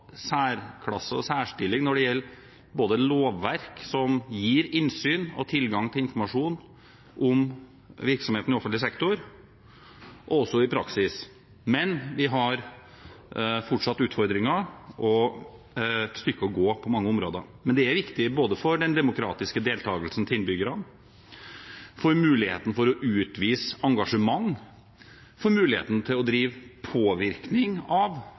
særstilling når det gjelder lovverk som gir innsyn og tilgang til informasjon om virksomheten i offentlig sektor, og også i praksis. Men vi har fortsatt utfordringer og et stykke å gå på mange områder. Det er viktig for den demokratiske deltakelsen fra innbyggernes side at de får muligheten til å utvise engasjement, og at de får muligheten til å drive påvirkning av